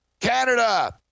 Canada